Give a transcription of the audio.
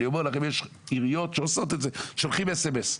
ואני אומר לכם שיש עיריות שעושות את זה ושולחות סמס.